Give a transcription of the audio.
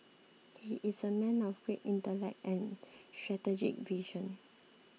he is a man of great intellect and strategic vision